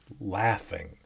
laughing